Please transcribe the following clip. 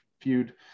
feud